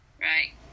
Right